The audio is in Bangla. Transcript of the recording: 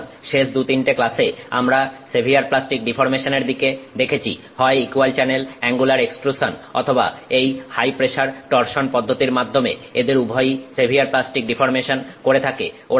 সুতরাং শেষ দু তিনটে ক্লাসে আমরা সেভিয়ার প্লাস্টিক ডিফর্মেশনের দিকে দেখেছি হয় ইকুয়াল চ্যানেল অ্যাঙ্গুলার এক্সট্রুসান অথবা এই হাই প্রেসার টরসন পদ্ধতির মাধ্যমে এদের উভয়ই সেভিয়ার প্লাস্টিক ডিফর্মেশন করে থাকে